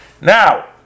Now